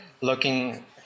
looking